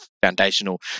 foundational